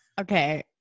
Okay